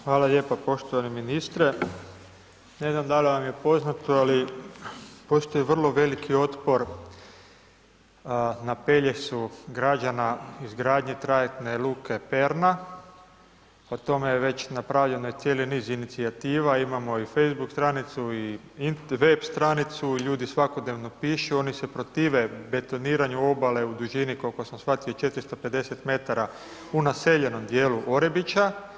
Hvala lijepo poštovani ministre, ne znam da li vam je poznato, ali postoji vrlo veliki otpor, na Pelješcu građana izgradnje trajektne luke Perna, o tome je već napravljena cijeli niz inicijativa, imamo i Facebook stranicu i web stranicu, ljudi svakodnevno pišu, oni se protive betoniranju obale u dužini, koliko sam shvatio 450 m u naseljenom dijelu Orebića.